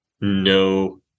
No